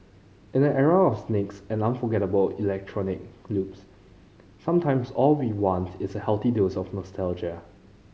in an era of snakes and unforgettable electronic loops sometimes all we want is a healthy dose of nostalgia